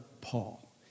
Paul